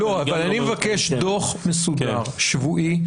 אני מבקש דוח מסודר שבועי.